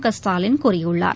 கஸ்டாலின் கூறியுள்ளார்